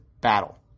battle